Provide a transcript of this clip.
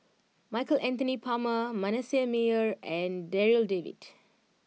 Michael Anthony Palmer Manasseh Meyer and Darryl David